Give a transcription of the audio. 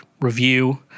review